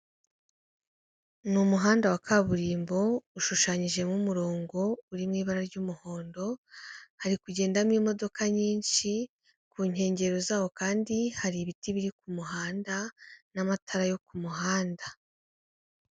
Ni umuhanda wa kaburimbo ushushanyijemo umurongo uri mu ibara ry'umuhondo, hari kugendamo imodoka nyinshi, ku nkengero zawo kandi hari ibiti biri ku muhanda n'amatara yo ku muhanda.